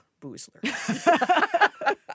boozler